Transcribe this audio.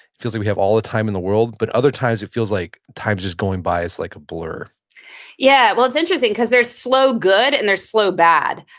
it feels like we have all the time in the world, but other times it feels like time's just going by us like a blur yeah. well it's interesting because there's slow good and there's slow bad.